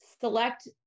select